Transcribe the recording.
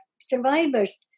survivors